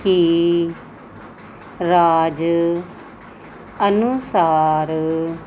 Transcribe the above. ਕਿ ਰਾਜ ਅਨੁਸਾਰ